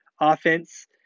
offense